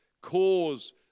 cause